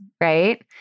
Right